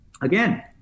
again